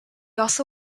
also